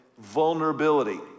Vulnerability